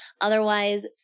Otherwise